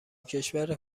کشور